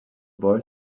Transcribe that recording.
boy